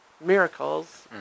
miracles